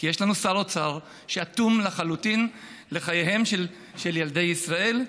כי יש לנו שר אוצר שאטום לחלוטין לחייהם של ילדי ישראל,